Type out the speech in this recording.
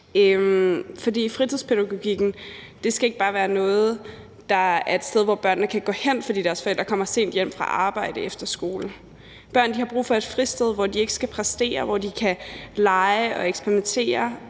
dag. Fritidspædagogikken skal ikke bare være noget, der er et sted, hvor børnene kan gå hen efter skole, fordi deres forældre kommer sent hjem fra arbejde. Børn har brug for et fristed, hvor de ikke skal præstere, hvor de kan lege og eksperimentere,